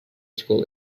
school